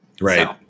Right